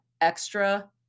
extra